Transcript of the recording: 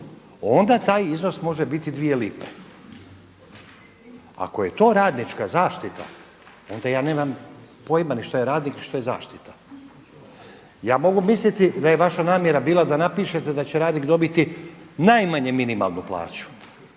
Onda taj iznos može biti dvije lipe. Ako je to radnička zaštita onda ja nemam pojma što je radnik i što je zaštita. Ja mogu misliti da je vaša namjera bila da napišete da će radnik dobiti najmanje minimalnu plaću.